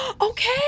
okay